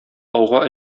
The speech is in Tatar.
ауга